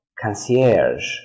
Concierge